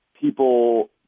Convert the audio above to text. people